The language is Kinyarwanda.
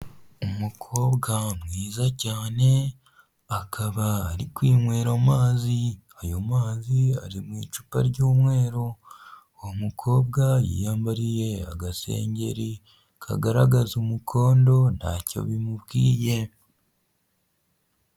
Umukobwa mwiza cyane akaba ari kwinywera amazi, ayo mazi ari mu icupa ry'umweru, uwo mukobwa yambariye agasengeri kagaragaza umukondo ntacyo bimubwiye.